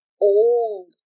old